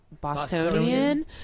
Bostonian